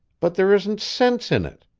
but there isn't sense in it!